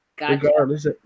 regardless